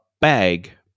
bag